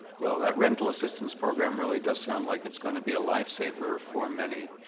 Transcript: well, that rental assistance program really does sound like it's going to be a lifesaver for many.